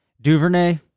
Duvernay